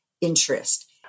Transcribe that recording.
interest